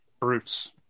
Brutes